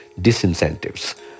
disincentives